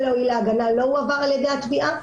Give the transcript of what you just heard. להועיל להגנה לא הועבר על ידי התביעה,